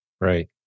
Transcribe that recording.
Right